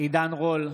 עידן רול,